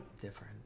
different